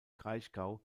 kraichgau